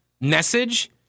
message